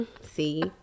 See